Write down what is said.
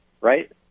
right